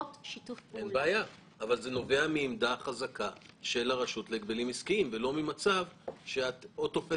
השיטה הזאת של תמהיל מאוזן, כמו שאת קוראת